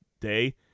day